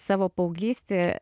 savo paauglystę